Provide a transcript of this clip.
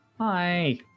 hi